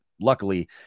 luckily